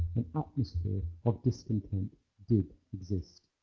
an atmosphere of discontent did exist